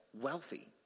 wealthy